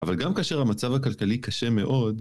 אבל גם כאשר המצב הכלכלי קשה מאוד